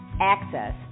access